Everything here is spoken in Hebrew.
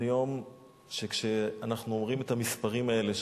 זה יום שכשאנחנו אומרים את המספרים האלה,